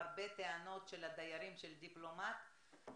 הרבה טענות של הדיירים של דיפלומט שנורא